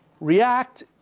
react